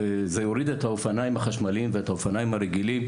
זה יוריד את האופניים החשמליים ואת האופניים הרגילים,